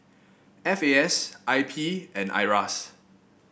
F A S I P and Iras